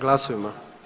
Glasujmo.